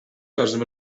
każdym